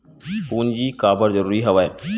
पूंजी काबर जरूरी हवय?